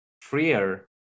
freer